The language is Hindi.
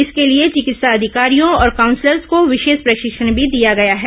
इसके लिए चिकित्सा अधिकारियों और काउंसलर्स को विशेष प्रशिक्षण भी दिया गया है